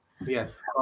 yes